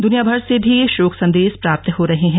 दुनियाभर से भी शोक संदेश प्राप्त हो रहे हैं